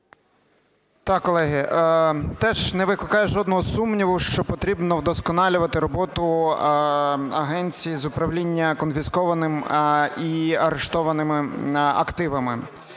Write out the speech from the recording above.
Так, колеги, теж не викликає жодного сумніву, що потрібно вдосконалювати роботу агенції з управління конфіскованими і арештованими активами.